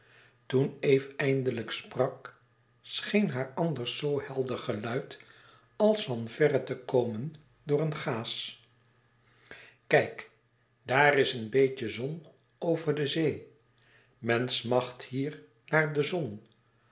toen eve eindelijk sprak scheen haar anders zoo helder geluid als van verre te komen door een gaas kijk daar is een beetje zon over de zee men smacht hier naar de zon